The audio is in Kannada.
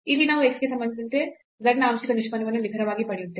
ಇಲ್ಲಿ ನಾವು x ಗೆ ಸಂಬಂಧಿಸಿದಂತೆ z ನ ಆಂಶಿಕ ನಿಷ್ಪನ್ನವನ್ನು ನಿಖರವಾಗಿ ಪಡೆಯುತ್ತೇವೆ